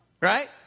Right